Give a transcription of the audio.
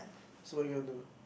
so you want to